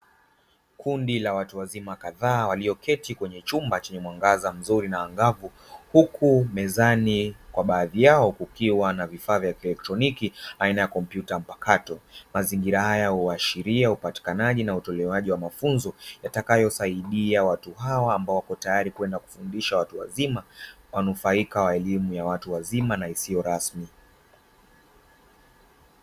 Kundi la watu wazima kadhaa walioketi kwenye chumba chenye mwangaza mzuri na angavu, huku mezani kwa baadhi yao kukiwa na vifaa vya kielekroniki aina ya kompyuta mpakato. Mazingira haya huashiria upatikanaji na utolewaji wa mafunzo yatakayosaidia watu hawa ambao wako tayari kwenda kufundisha watu wazima, wanufaika wa elimu ya watu wazima na isiyo rasmi.